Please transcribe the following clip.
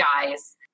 guys